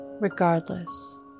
regardless